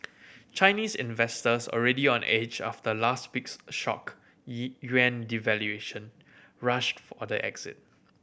Chinese investors already on edge after last week's shock yuan devaluation rushed for the exit